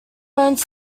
learns